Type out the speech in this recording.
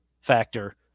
factor